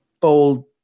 bold